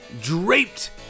draped